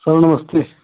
sir नमस्ते